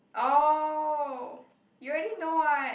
oh you already know [what]